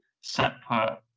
separate